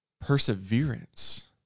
perseverance